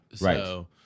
Right